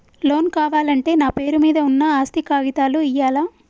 Loan కావాలంటే నా పేరు మీద ఉన్న ఆస్తి కాగితాలు ఇయ్యాలా?